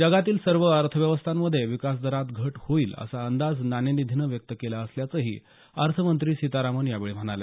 जगातील सर्व अर्थव्यवस्थांमध्ये विकासदरात घट होईल असा अंदाज नाणेनिधीनं व्यक्त केला असल्याचंही अर्थमंत्री सितारामन यावेळी म्हणाल्या